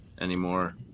anymore